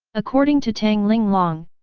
according to tang linglong,